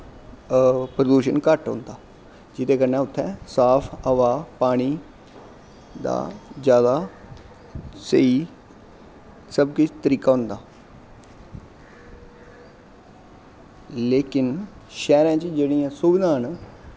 ओह् प्रदूशन घट्ट होंदा जेह्दी बजह् कन्नै उत्थै साफ हवा पानी जैदा स्हेई सब किश तरीका होंदा लेकिन शैह्रैं च जेह्ड़ियां सुविधां न